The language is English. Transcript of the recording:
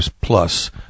plus